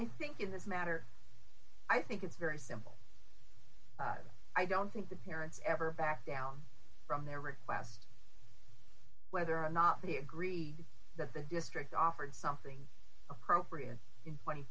i think in this matter i think it's very simple i don't think the parents ever backed down from their request whether or not they agreed that the district offered something appropriate